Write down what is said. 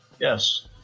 yes